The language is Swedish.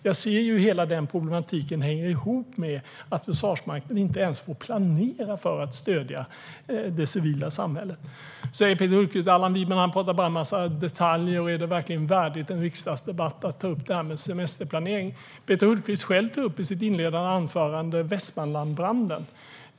Jag kan se hur hela den problematiken hänger ihop med att Försvarsmakten inte ens får planera för att stödja det civila samhället. Peter Hultqvist säger att Allan Widman bara talar om en massa detaljer och undrar om det här med semesterplanering verkligen är värdigt att tas upp i en riksdagsdebatt. Peter Hultqvist tog själv i sin inledning upp Västmanlandbranden.